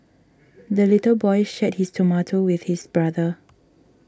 the little boy shared his tomato with his brother